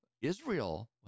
Israel